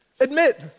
Admit